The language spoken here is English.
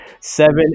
seven